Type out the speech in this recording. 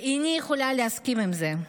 איני יכולה להסכים לזה.